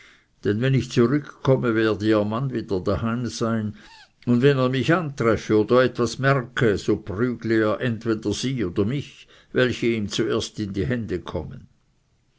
denn wenn ich zurückkomme werde ihr mann wieder daheim sein und wenn er mich antreffe oder etwas merke so prügle er entweder sie oder mich welche ihm zuerst in die hände komme